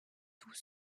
tous